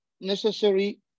necessary